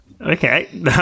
Okay